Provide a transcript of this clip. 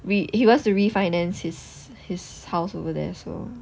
he wants he wants to refinance his his house over there so